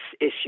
issue